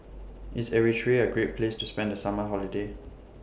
IS Eritrea A Great Place to spend The Summer Holiday